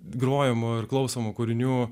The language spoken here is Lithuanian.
grojamo ir klausomų kūrinių